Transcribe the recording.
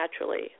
naturally